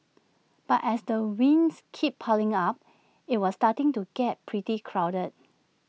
but as the wins keep piling up IT was starting to get pretty crowded